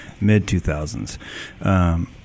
mid-2000s